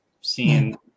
seeing